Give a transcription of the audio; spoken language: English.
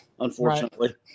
Unfortunately